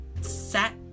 set